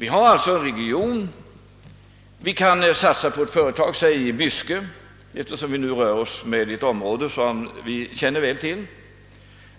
Vi kan satsa på ett företag i t.ex. Byske.